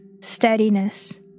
steadiness